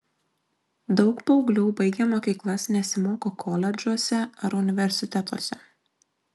daug paauglių baigę mokyklas nesimoko koledžuose ar universitetuose